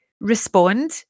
respond